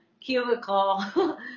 cubicle